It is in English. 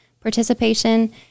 participation